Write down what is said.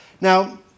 Now